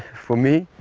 for me,